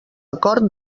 acord